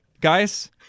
guys